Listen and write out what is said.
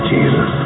Jesus